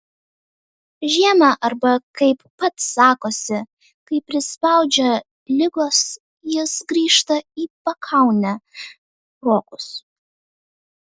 žiemą arba kaip pats sakosi kai prispaudžia ligos jis grįžta į pakaunę rokus